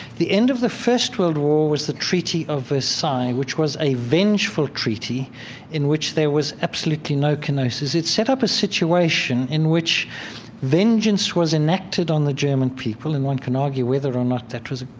the end of the first world war was the treaty of versailles, which was a vengeful treaty in which there was absolutely no kenosis. it sets up a situation in which vengeance was enacted on the german people, and one can argue whether or not that was